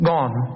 Gone